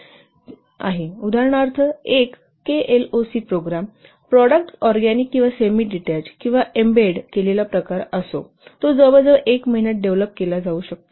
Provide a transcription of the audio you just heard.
चला उदाहरणार्थ product organic किंवा सेमीडीटेच किंवा एम्बेडेड केलेला प्रकार असो एक केएलओसि प्रोग्राम जवळजवळ 1 महिन्यांत डेव्हलोप केला जाऊ शकतो